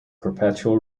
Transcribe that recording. perpetual